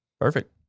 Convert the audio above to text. perfect